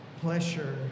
pleasure